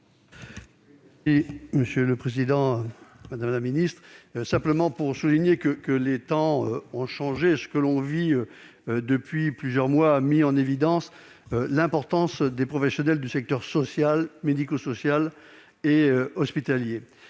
Monsieur le président, madame la ministre, les temps ont changé, et ce que l'on vit depuis plusieurs mois a mis en évidence l'importance des professionnels des secteurs social, médico-social et hospitalier.